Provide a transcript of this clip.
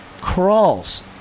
crawls